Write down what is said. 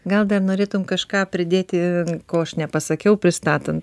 gal dar norėtum kažką pridėti ko aš nepasakiau pristatant